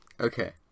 Okay